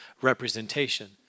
representation